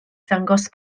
ddangos